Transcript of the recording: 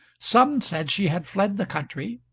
some said she had fled the country,